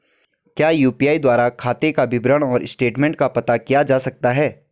क्या यु.पी.आई द्वारा खाते का विवरण और स्टेटमेंट का पता किया जा सकता है?